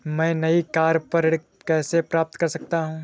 मैं नई कार पर ऋण कैसे प्राप्त कर सकता हूँ?